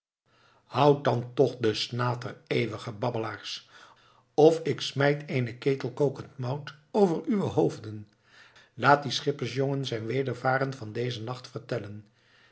houdt dan toch den snater eeuwige babbelaars of ik smijt eenen ketel kokend mout over uwe hoofden laat dien schippersjongen zijn wedervaren van dezen nacht